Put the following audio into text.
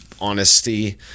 honesty